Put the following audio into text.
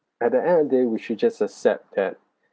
at the end of day we should just accept that